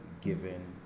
given